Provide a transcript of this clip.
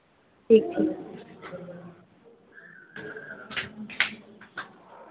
ठीक ठीक